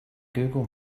google